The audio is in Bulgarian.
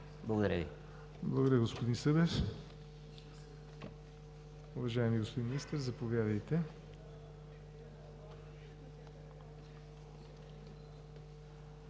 Благодаря Ви, господин Събев. Уважаеми господин Министър, заповядайте.